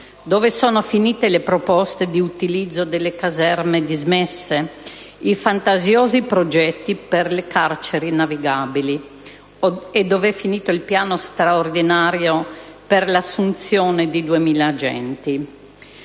Dove sono finite le proposte di utilizzo delle caserme dismesse, i fantasiosi progetti per le carceri navigabili? E dov'è finito il piano straordinario per l'assunzione di 2.000 agenti?